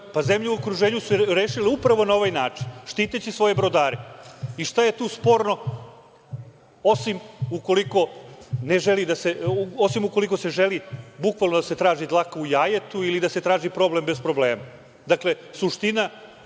Pa, zemlje u okruženju su rešile upravo na ovaj način, štiteći svoje brodare. Šta je tu sporno? Osim, ukoliko se želi bukvalno da se traži dlaka u jajetu ili da se traži problem bez problema.